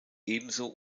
ebenso